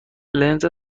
لنز